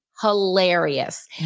hilarious